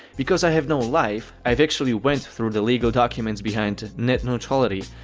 because i have no life, i've actually went through the legal documents behind net neutrality,